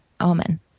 amen